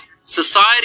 society